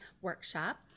workshop